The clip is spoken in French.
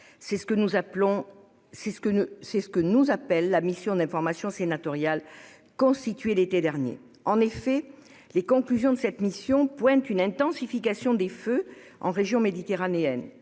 C'est ce que nous a rappelé la mission d'information sénatoriale constituée l'été dernier. En effet, les conclusions de cette mission pointent une intensification des feux en région méditerranéenne.